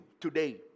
today